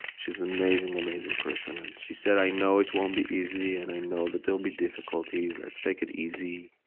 she's amazing amazing person. and she said, i know it won't be easy and i know that there'll be difficulties. let's take it easy.